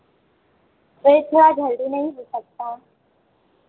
ये क्या जल्दी नहीं हो सकता